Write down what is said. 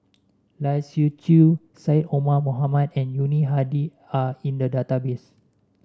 Lai Siu Chiu Syed Omar Mohamed and Yuni Hadi are in the database